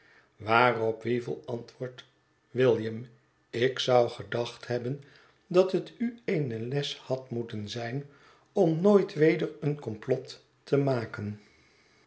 waarop weevle antwoordt william ik zou gedacht hebben dat het u eene les had moeten zijn om nooit weder een komplot te maken